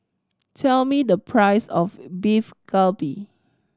tell me the price of Beef Galbi